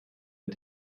mit